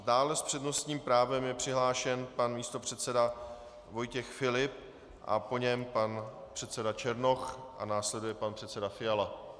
Dále je s přednostním právem přihlášen pan místopředseda Vojtěch Filip a po něm pan předseda Černoch, následuje pan předseda Fiala.